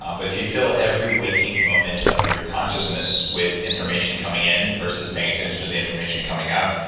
um but if you feel every waking moment of your consciousness with information coming in, versus paying attention to the information coming out,